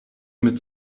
mit